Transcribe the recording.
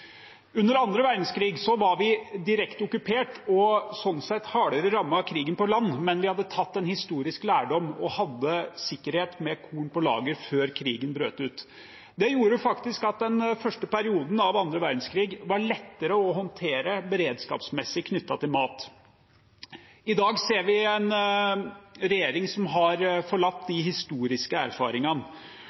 Under annen verdenskrig var vi direkte okkupert og sånn sett hardere rammet av krigen på land, men vi hadde tatt en historisk lærdom og hadde sikkerhet med korn på lager før krigen brøt ut. Det gjorde faktisk at den første perioden av annen verdenskrig var beredskapsmessig lettere å håndtere knyttet til mat. I dag ser vi en regjering som har forlatt de historiske erfaringene.